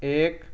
ایک